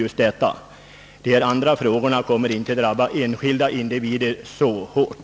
Förslagen i övrigt kommer inte, om de bifalles, att drabba enskilda individer lika hårt.